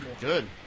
Good